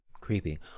Creepy